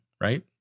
right